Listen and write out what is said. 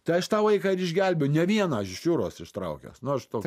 tai aš tą vaiką ir išgelbėjau ne vieną aš iš jūros ištraukęs nu aš toks